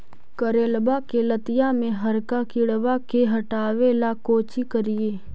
करेलबा के लतिया में हरका किड़बा के हटाबेला कोची करिए?